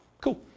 Cool